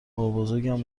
بابابزرگم